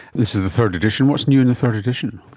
this is the third edition. what's new in the third edition?